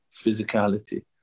physicality